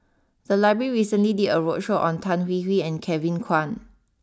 the library recently did a roadshow on Tan Hwee Hwee and Kevin Kwan